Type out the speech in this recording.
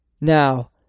Now